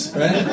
right